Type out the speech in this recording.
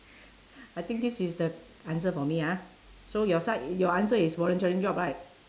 I think this is the answer for me ah so your side your answer is volunteering job right